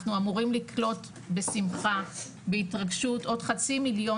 אנחנו אמורים לקלוט בשמחה ובהתרגשות עוד חצי מיליון